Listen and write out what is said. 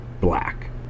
black